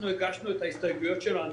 אנחנו הגשנו את ההסתייגויות שלנו